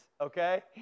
okay